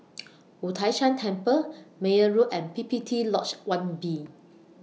Wu Tai Shan Temple Meyer Road and P P T Lodge one B